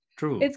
true